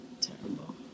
Terrible